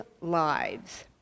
lives